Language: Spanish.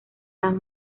las